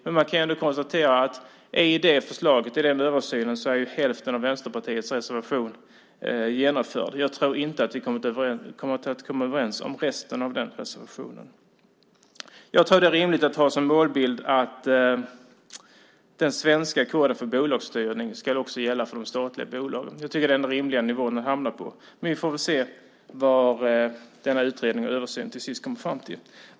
Man kan ändå konstatera att i det förslaget, i den översynen är hälften av Vänsterpartiets reservation genomförd. Jag tror inte att vi kommer att komma överens om resten av den reservationen. Jag tror att det är rimligt att ha som målbild att den svenska koden för bolagsstyrning också ska gälla för de statliga bolagen. Jag tycker att det är en rimlig nivå att hamna på, men vi får väl se vad denna utredning och översyn till sist kommer fram till.